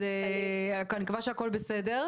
אז אני מקווה שהכל בסדר.